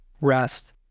REST